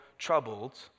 Troubled